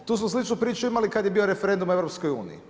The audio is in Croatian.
Tu smo sličnu pričali imali kada je bio referendum o EU.